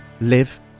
live